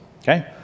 Okay